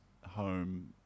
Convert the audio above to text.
home